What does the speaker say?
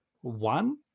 One